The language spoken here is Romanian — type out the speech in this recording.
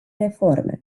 reforme